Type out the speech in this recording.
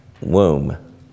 womb